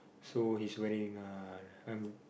so he's wearing uh